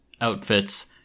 outfits